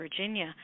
Virginia